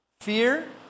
Fear